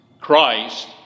Christ